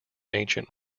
ancient